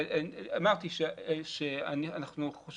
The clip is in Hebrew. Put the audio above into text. לא, ממש לא מקשה.